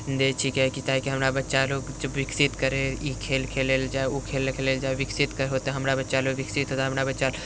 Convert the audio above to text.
दै छिकै कि हमरा बच्चा लोक विकसित करै ई खेल खेलल जाइ ओ खेल खेलल जाइ विकसित होत हमरा बच्चा लोक हमरा बच्चा लोक